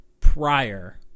prior